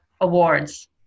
awards